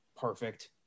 perfect